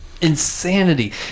insanity